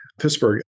Pittsburgh